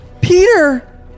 Peter